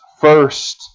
first